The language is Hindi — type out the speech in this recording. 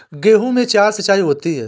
गेहूं में चार सिचाई होती हैं